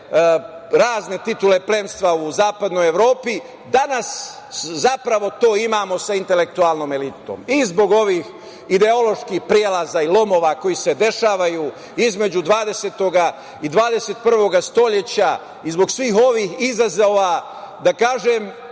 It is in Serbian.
razne titule plemstava u zapadnoj Evropi, danas zapravo to imamo sa intelektualnom elitom.I zbog ovih ideoloških prelaza i lomova koji se dešavaju između 20. i 21. veka i zbog svih ovih izazova, a mogu